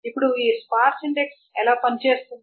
ఇప్పుడు ఈ sparse index ఎలా పనిచేస్తుంది